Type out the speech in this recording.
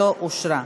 לא אושרה.